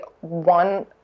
one